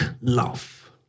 love